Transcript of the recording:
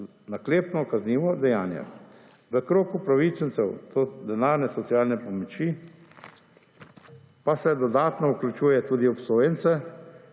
naklepno kaznivo dejanje. V krog upravičencev do denarne socialne pomoči pa se dodatno vključuje tudi obsojence,